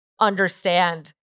understand